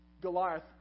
Goliath